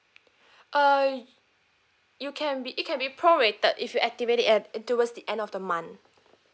uh you can be it can be prorated if you activate it at towards the end of the month